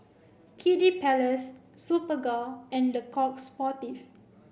Kiddy Palace Superga and Le Coq Sportif